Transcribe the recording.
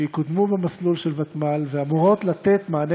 הן יקודמו במסלול של ותמ"ל ואמורות לתת מענה